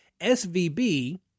SVB